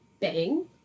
bang